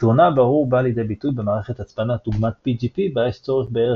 יתרונה הברור בא לידי ביטוי במערכת הצפנה דוגמת PGP בה יש צורך בערך